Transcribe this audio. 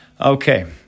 Okay